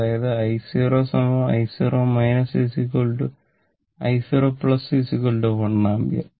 അതായത് i0 i0 i0 1 ampere